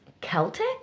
Celtic